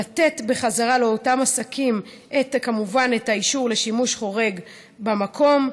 לתת בחזרה לאותם עסקים את האישור לשימוש חורג במקום.